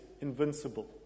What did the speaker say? invincible